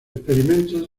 experimentos